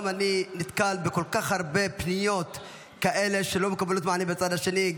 גם אני נתקל בכל כך הרבה פניות כאלה שלא מקבלות מענה בצד השני,